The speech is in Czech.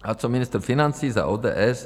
A co ministr financí za ODS?